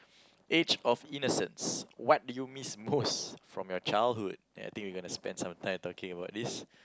age of innocence what do you miss most from your childhood I think we gonna spend some time talking about this